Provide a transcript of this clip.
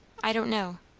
i don't know.